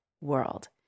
world